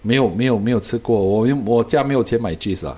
没有没有没有吃过 w~ 我家没有钱买 cheese lah